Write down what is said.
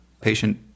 patient